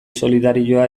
solidarioa